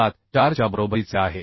74 च्या बरोबरीचे आहे